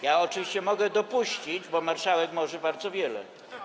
Ja oczywiście mogę do tego dopuścić, bo marszałek może bardzo wiele.